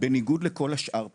בניגוד לכל השאר פה,